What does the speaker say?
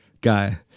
guy